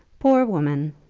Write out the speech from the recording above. poor woman!